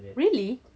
really